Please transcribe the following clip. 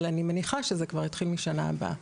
אבל אני מניחה שזה כבר התחיל מהשנה הבאה.